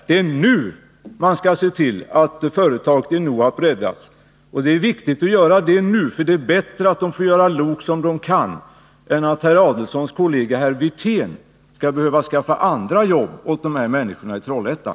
Det är nu som man skall se till att NOHAB räddas. Det är viktigt att det sker nu, eftersom det är bättre att de anställda där får göra lok, något som de kan, än att herr Adelsohns kollega herr Wirtén skall behöva skaffa andra jobb åt dem i Trollhättan.